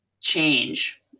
change